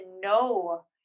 no